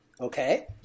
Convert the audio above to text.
Okay